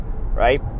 right